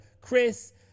Chris